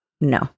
No